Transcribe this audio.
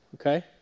okay